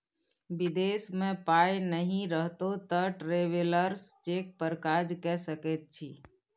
विदेश मे पाय नहि रहितौ तँ ट्रैवेलर्स चेक पर काज कए सकैत छी